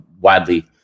widely